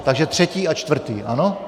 Takže třetí a čtvrtý, ano?